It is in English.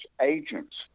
agent's